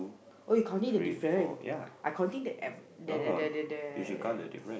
oh you counting the difference I counting the at the the the the the